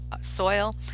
soil